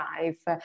life